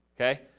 Okay